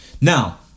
Now